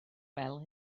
fel